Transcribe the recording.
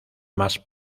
más